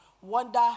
wonder